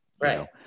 Right